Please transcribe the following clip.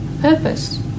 purpose